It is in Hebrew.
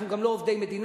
אנחנו גם לא עובדי מדינה,